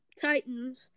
Titans